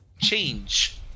change